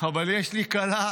אבל יש לי כלה